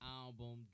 album